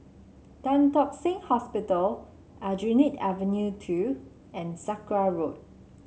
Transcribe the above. Tan Tock Seng Hospital Aljunied Avenue Two and Sakra Road